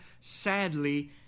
Sadly